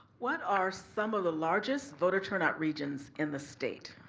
what are some of the largest voter turnout regions in the state?